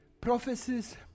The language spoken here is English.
Prophecies